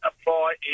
apply